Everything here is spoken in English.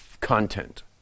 content